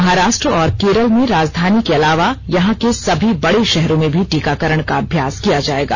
महाराष्ट्र और केरल में राजधानी के अलावा यहाँ के सभी बड़े शहरों में भी टीकाकरण का अभ्यास किया जाएगा